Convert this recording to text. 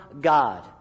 God